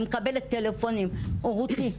אני מקבלת טלפונים: רותי,